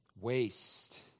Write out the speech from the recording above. waste